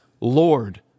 Lord